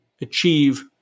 achieve